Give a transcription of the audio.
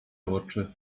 oczy